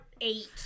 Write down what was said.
eight